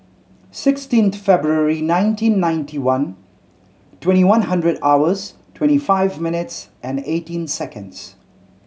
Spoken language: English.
sixteen February nineteen ninety one twenty one hundred hours twenty five minutes and eighteen seconds